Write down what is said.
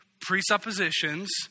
presuppositions